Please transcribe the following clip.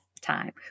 time